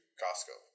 costco